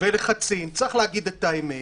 ולחצים צריך להגיד את האמת